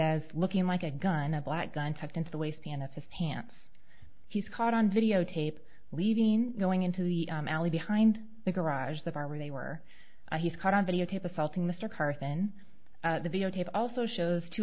as looking like a gun a black gun tucked into the waistband of his pants he's caught on videotape leaving going into the alley behind the garage the bar where they were and he's caught on videotape assaulting mr carson the videotape also shows two